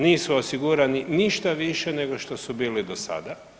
Nisu osigurani ništa više nego što su bili do sada.